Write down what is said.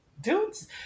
dudes